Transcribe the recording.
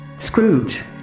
Scrooge